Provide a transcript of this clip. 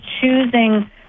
choosing